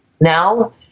now